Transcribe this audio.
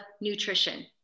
nutrition